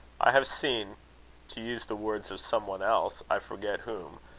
i have seen to use the words of some one else, i forget whom,